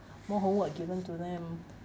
more homework given to them